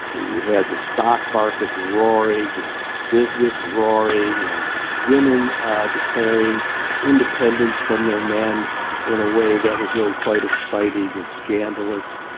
and you had the stock market roaring and business roaring and women declaring independence from their men in a way that was really quite exciting and scandalous.